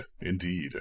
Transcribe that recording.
Indeed